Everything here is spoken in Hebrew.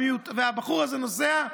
והבחור הזה נוסע,